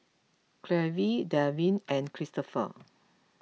Cleve Delvin and Cristopher